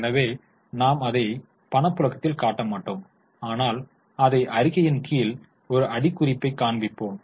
எனவே நாம் அதை பணப்புழக்கத்தில் காட்ட மாட்டோம் ஆனால் அதை அறிக்கையின் கீழ் ஒரு அடிக்குறிப்பை காண்பிப்போம்